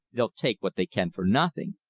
they'll take what they can for nothing.